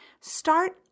start